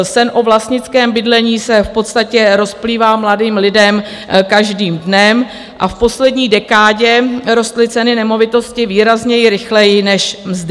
Sen o vlastnickém bydlení se v podstatě rozplývá mladým lidem každým dnem a v poslední dekádě rostly ceny nemovitostí výrazněji rychleji než mzdy.